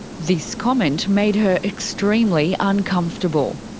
this comment made her extremely uncomfortable.